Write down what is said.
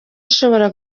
ishobora